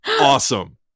Awesome